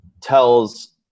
tells